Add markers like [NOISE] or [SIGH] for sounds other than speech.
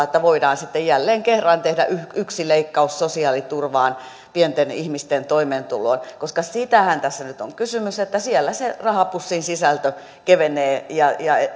[UNINTELLIGIBLE] että voidaan sitten jälleen kerran tehdä yksi leikkaus sosiaaliturvaan pienten ihmisten toimeentuloon koska siitähän tässä nyt on kysymys että siellä se rahapussin sisältö kevenee ja